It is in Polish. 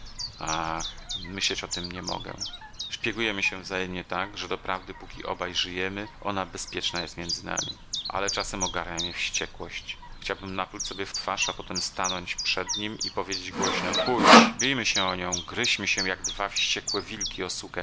a myśleć o tem nie mogę szpiegujemy się wzajemnie tak że doprawdy póki obaj żyjemy ona bezpieczna jest między nami ale czasem ogarnia mnie wściekłość chciałbym napluć sobie w twarz a potem stanąć przed nim i powiedzieć głośno pójdź bijmy się o nią gryźmy się jak dwa wściekłe wilki o sukę